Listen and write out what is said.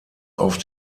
auf